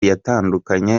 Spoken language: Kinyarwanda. yatandukanye